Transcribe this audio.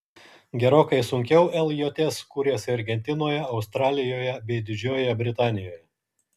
gerokai sunkiau ljs kūrėsi argentinoje australijoje bei didžiojoje britanijoje